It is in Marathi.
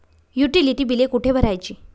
युटिलिटी बिले कुठे भरायची?